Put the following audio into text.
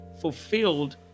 fulfilled